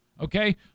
okay